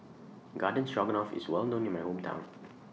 Garden Stroganoff IS Well known in My Hometown